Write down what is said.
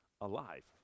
alive